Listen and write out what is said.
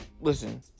Listen